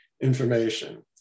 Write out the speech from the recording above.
information